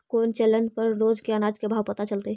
कोन चैनल पर रोज के अनाज के भाव पता चलतै?